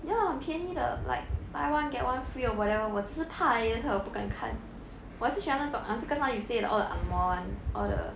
ya 很便宜的 like buy one get one free or whatever 我只是怕而已 that's why 我不敢看我还是喜欢那种 I think 刚才 you say the all the angmoh [one] all the